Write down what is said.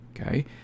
Okay